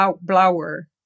blower